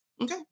Okay